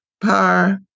par